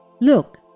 Look